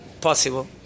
possible